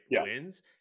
wins